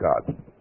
God